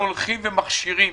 אנחנו מכשירים